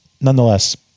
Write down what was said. nonetheless